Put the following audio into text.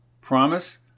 Promise